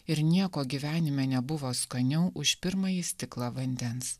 ir nieko gyvenime nebuvo skaniau už pirmąjį stiklą vandens